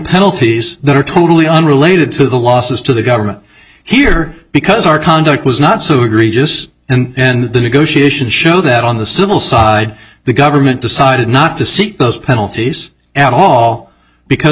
penalties that are totally unrelated to the losses to the government here because our conduct was not so egregious and then the negotiation show that on the civil side the government decided not to seek those penalties at all because